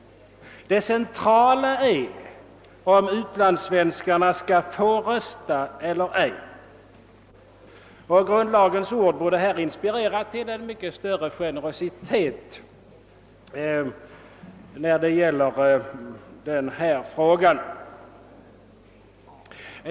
Det centrala är spörsmålet huruvida utlandssvenskarna skall få rösta eller ej, och grundlagens ord borde i detta avseende inspirera till en mycket större generositet än som nu tilllämpas.